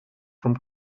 from